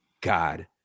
God